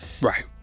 Right